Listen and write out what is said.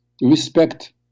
respect